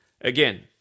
Again